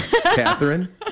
Catherine